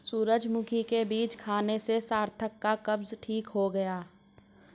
सूरजमुखी के बीज खाने से सार्थक का कब्ज ठीक हो गया